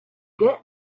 get